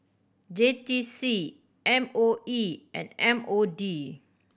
J T C M O E and M O D